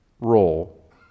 role